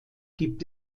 gibt